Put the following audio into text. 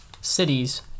cities